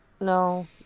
no